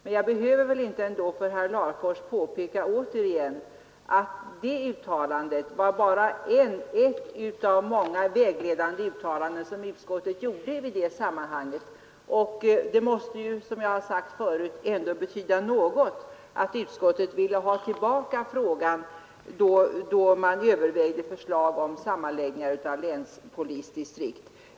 Men jag behöver väl ändå inte återigen för herr Larfors påpeka att det uttalandet bara var ett av många vägledande uttalanden som utskottet gjorde i det sammanhanget. Det måste ju, som jag sagt förut, ändå betyda något att utskottet ville få tillbaka frågan för förnyad behandling i samband med förslag om sammanläggningar av länspolisdistrikt.